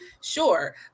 sure